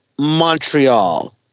Montreal